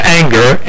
anger